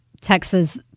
Texas